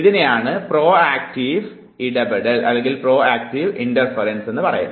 ഇതിനെയാണ് പ്രോക്റ്റീവ് ഇടപെടൽ എന്ന് വിളിക്കുന്നത്